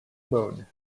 moon